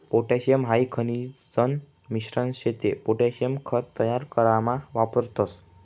potassium high खनिजन मिश्रण शे ते पोटॅशियम खत तयार करामा वापरतस